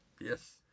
Yes